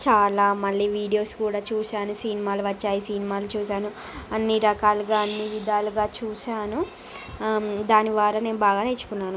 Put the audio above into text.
చాలా మళ్ళీ వీడియోస్ కూడా చూశాను సినిమాలు వచ్చాయి సినిమాలు చూశాను అన్ని రకాలుగా అన్ని విధాలుగా చూశాను దాని ద్వారా నేను బాగా నేర్చుకున్నాను